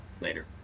Later